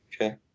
Okay